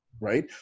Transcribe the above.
right